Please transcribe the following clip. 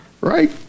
Right